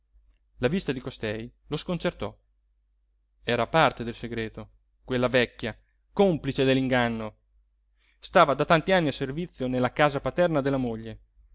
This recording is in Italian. la vista di costei lo sconcertò era a parte del segreto quella vecchia complice dell'inganno stava da tanti anni a servizio nella casa paterna della moglie